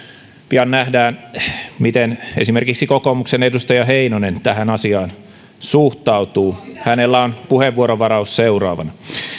pian nähdään miten esimerkiksi kokoomuksen edustaja heinonen tähän asiaan suhtautuu hänellä on puheenvuorovaraus seuraavana